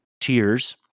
tears